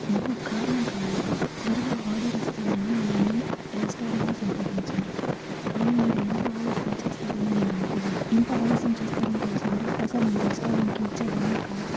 నాకు కారణం కావాలి త్వరగా ఆర్డర్ ఇస్తారనే నేను మీ రెస్టారెంట్ని సంప్రదించాను కాని మీరు ఇంత ఆలస్యం చేస్తారని నేను అనుకోలేదు ఇంత ఆలస్యం చేస్తారని తెలిసుంటే అసలు మీ రెస్టారెంట్కి ఇచ్చేదాన్నే కాదు